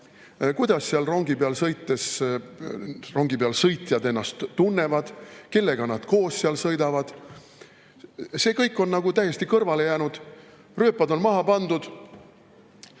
kuidas seal rongi peal sõitjad ennast tunnevad, kellega nad koos seal sõidavad. See kõik on täiesti kõrvale jäänud. Rööpad on maha pandud,